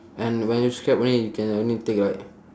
and when you scrap only you can only take like